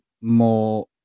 more